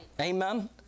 Amen